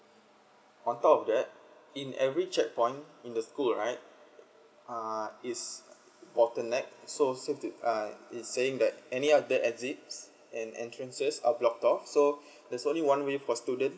on top of that in every checkpoint in the school right uh is bottleneck so safety uh it's saying that any other exits and entrances are block off so there's only one way for students